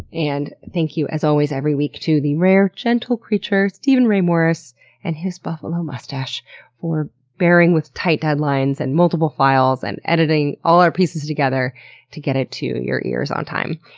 and thank you, as always, every week to the rare, gentle creature steven ray morris and his buffalo mustache for bearing with tight deadlines, and multiple files, and editing all our pieces together to get it to your ears on time.